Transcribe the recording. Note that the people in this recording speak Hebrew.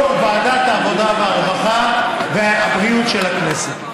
העבודה, הרווחה והבריאות של הכנסת,